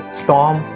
storm